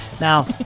Now